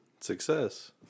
Success